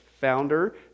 founder